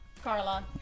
carla